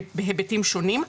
בהיבטים שונים,